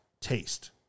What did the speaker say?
taste